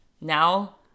Now